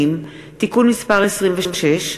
והגבלת ההוצאה התקציבית (תיקון מס' 13)